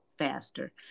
faster